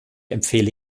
empfehle